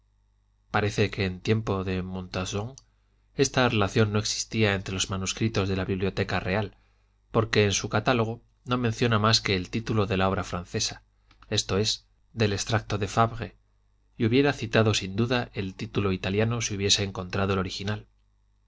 parece que en tiempo de monton esta relación no existía entre los manuscritos de la biblioteca real porque en su catálogo no menciona más que el título de la obra francesa esto es del extracto de ramusio quien se expresa de